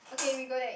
okay we go there eat